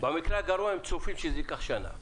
במקרה הגרוע הם צופים שזה ייקח שנה.